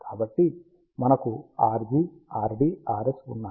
కాబట్టిమనకు Rg Rd Rs ఉన్నాయి